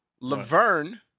Laverne